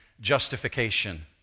justification